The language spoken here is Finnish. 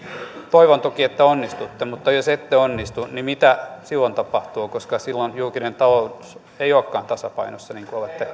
toivon toki että onnistutte mutta jos ette onnistu niin mitä silloin tapahtuu koska silloin julkinen talous ei olekaan tasapainossa niin